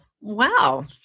Wow